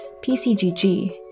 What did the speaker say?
PCGG